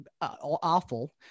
awful